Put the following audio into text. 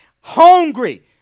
hungry